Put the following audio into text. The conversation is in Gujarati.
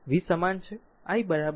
તેથી v સમાન છે i Gv